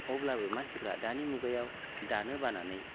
अब्लाबो मानसिफोरा दानि मुगायाव दानो बानानै